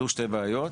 עלו שתי בעיות,